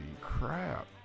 crap